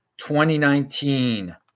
2019